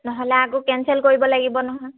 নহ'লে আকৌ কেনঞ্চেল কৰিব লাগিব নহয়